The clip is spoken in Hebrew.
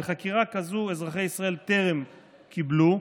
חקירה כזאת אזרחי ישראל טרם קיבלו.